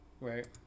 Right